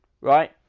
right